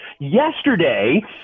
Yesterday